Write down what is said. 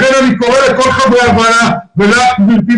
לכן אני קורא לכל חברי הוועדה ולך גברת,